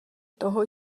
toho